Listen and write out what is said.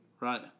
Right